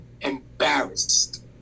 embarrassed